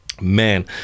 Man